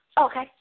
Okay